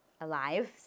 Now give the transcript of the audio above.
alive